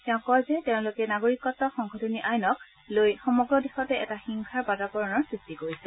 তেওঁ কয় যে তেওঁলোকে নাগৰিকত্ব সংশোধনী আইনক লৈ সমগ্ৰ দেশতে এটা হিংসা বাতাবৰণ সৃষ্টি কৰিছে